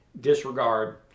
disregard